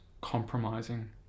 compromising